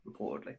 Reportedly